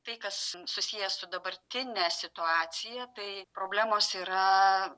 tai kas susiję su dabartine situacija tai problemos yra